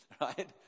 right